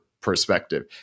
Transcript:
perspective